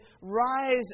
rise